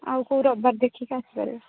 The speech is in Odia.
ଆଉ କେଉଁ ରବିବାର ଦେଖିକି ଆସିପାରିବେ